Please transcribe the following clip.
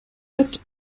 bett